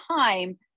time